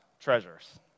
treasures